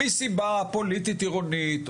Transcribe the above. מסיבה פוליטית עירונית,